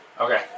Okay